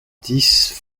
dix